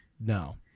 No